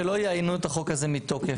שלא יאיינו את החוק הזה מתוכן.